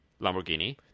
Lamborghini